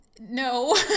no